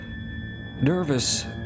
nervous